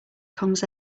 comes